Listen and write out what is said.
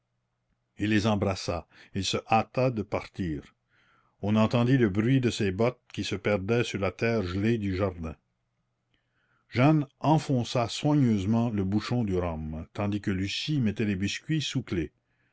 il les embrassa il se hâta de partir on entendit le bruit de ses bottes qui se perdait sur la terre gelée du jardin jeanne enfonça soigneusement le bouchon du rhum tandis que lucie mettait les biscuits sous clef